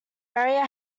area